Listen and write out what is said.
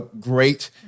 great